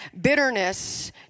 bitterness